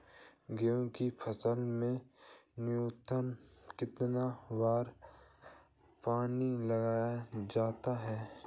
गेहूँ की फसल में न्यूनतम कितने बार पानी लगाया जाता है?